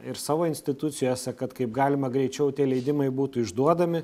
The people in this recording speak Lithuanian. ir savo institucijose kad kaip galima greičiau tie leidimai būtų išduodami